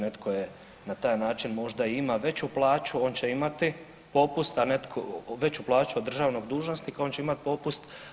Netko je na taj način možda ima veću plaću, on će imati popust, veću plaću od državnog dužnosnika, on će imati popust.